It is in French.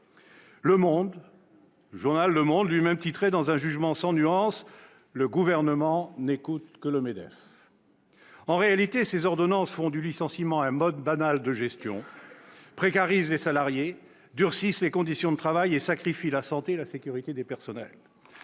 moins élevés. Comme lui-même le titrait sans nuances, « Le Gouvernement n'écoute que le MEDEF ». En réalité, ces ordonnances font du licenciement un mode banal de gestion, précarisent les salariés, durcissent les conditions de travail et sacrifient la santé et la sécurité des personnels.